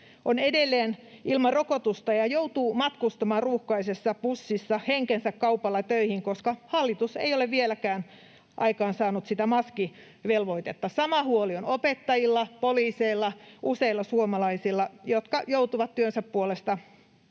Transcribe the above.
on edelleen ilman rokotusta ja joutuu matkustamaan ruuhkaisessa bussissa henkensä kaupalla töihin, koska hallitus ei ole vieläkään aikaansaanut sitä maskivelvoitetta. Sama huoli on opettajilla, poliiseilla, useilla suomalaisilla, jotka joutuvat työnsä puolesta